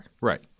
Right